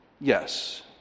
yes